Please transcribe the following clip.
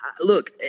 Look